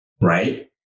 right